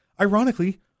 ironically